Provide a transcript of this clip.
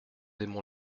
aimons